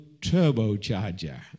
turbocharger